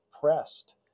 pressed